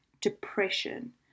depression